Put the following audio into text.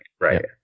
Right